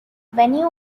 venue